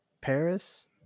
Paris